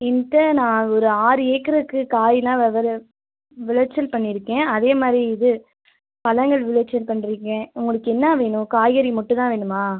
என்கிட்ட நான் ஒரு ஆறு ஏக்கருக்கு காய்லாம் வெவ்வேறு விளைச்சல் பண்ணிருக்கேன் அதே மாதிரி இது பழங்கள் விளைச்சல் பண்ணுருக்கேன் உங்களுக்கு என்ன வேணும் காய்கறி மட்டும் தான் வேணுமா